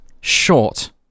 short